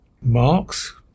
marks